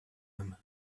him